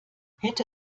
hätte